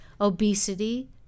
obesity